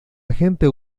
agente